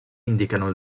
indicano